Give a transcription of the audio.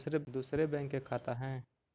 दुसरे बैंक के खाता हैं?